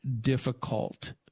difficult